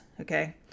okay